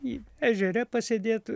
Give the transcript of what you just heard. į ežere pasėdėt